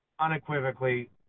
Unequivocally